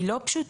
היא לא פשוטה.